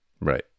right